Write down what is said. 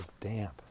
damp